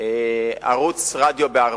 ערוץ רדיו בערבית,